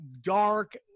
dark